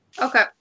Okay